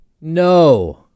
No